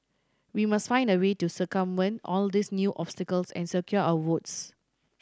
we must find a way to circumvent all these new obstacles and secure our votes